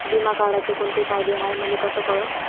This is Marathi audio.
बिमा काढाचे कोंते फायदे हाय मले कस कळन?